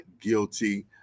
guilty